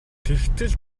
тэгтэл